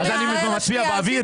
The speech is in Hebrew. אז אני מצביע באוויר,